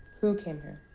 who came here?